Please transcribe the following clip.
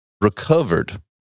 recovered